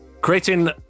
creating